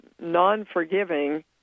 non-forgiving